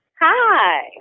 Hi